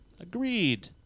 Agreed